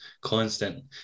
constant